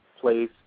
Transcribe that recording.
place